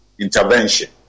intervention